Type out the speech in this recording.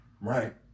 right